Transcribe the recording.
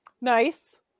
Nice